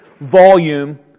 volume